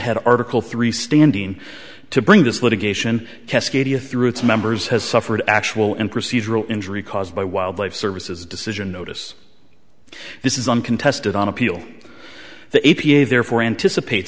had article three standing to bring this litigation cascadia through its members has suffered actual and procedural injury caused by wildlife services decision notice this is uncontested on appeal the a p a therefore anticipate